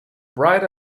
bright